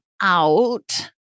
out